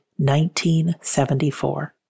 1974